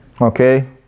Okay